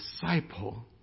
Disciple